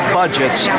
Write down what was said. budgets